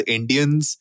Indians